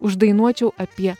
uždainuočiau apie